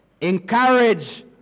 encourage